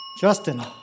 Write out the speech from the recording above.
Justin